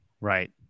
Right